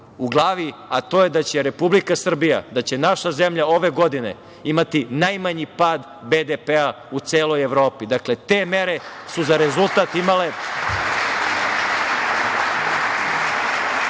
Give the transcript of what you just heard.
u glavi, a to je da će Republika Srbija, da će naša zemlja ove godine imati najmanji pad BDP-a u celoj Evropi. Dakle, te mere su za rezultat imale